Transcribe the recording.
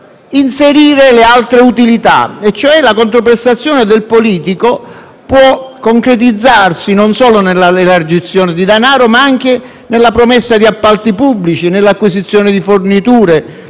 inserire le «altre utilità»: la controprestazione del politico può concretizzarsi, cioè, non solo nell'elargizione di denaro, ma anche nella promessa di appalti pubblici, nell'acquisizione di forniture